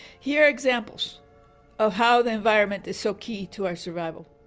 here are examples of how the environment is so key to our survival.